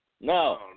No